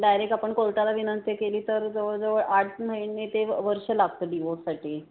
direct आपण कोर्टाला विनंती केली तर जवळजवळ आठ महिने ते वर्ष लागतं डिवॉर्ससाठी